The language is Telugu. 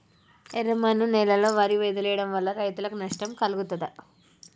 ఎర్రమన్ను నేలలో వరి వదిలివేయడం వల్ల రైతులకు నష్టం కలుగుతదా?